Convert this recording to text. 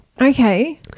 Okay